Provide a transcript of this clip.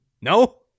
No